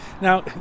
Now